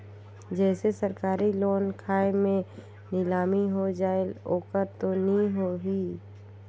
जैसे सरकारी लोन खाय मे नीलामी हो जायेल ओकर तो नइ होही?